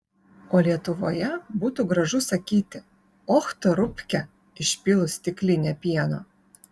o lietuvoje būtų gražu sakyti och tu rupke išpylus stiklinę pieno